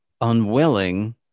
unwilling